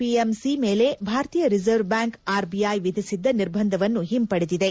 PMC ಮೇಲೆ ಭಾರತೀಯ reserve bank RBI ವಿಧಿಸಿದ್ದ ನಿರ್ಬಂಧವನ್ನು ಹಿಂಪಡೆದಿದೆ